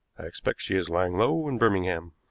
i expect she is lying low in birmingham.